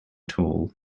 tall